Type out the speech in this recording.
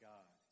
God